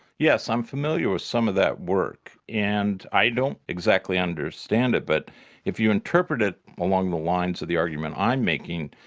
yes, i'm familiar with some of that work, and i don't exactly understand it but if you interpret it along the lines of the argument i'm making,